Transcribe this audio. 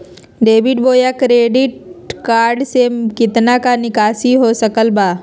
Debit बोया credit card से कितना का निकासी हो सकल बा?